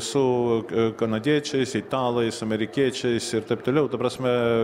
su kanadiečiais italais amerikiečiais ir taip toliau ta prasme